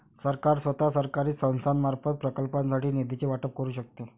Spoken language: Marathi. सरकार स्वतः, सरकारी संस्थांमार्फत, प्रकल्पांसाठी निधीचे वाटप करू शकते